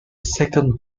second